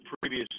previous